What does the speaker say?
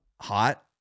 hot